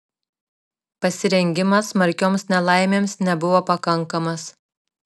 pasirengimas smarkioms nelaimėms nebuvo pakankamas